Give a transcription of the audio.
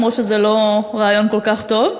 גם אם זה לא רעיון כל כך טוב?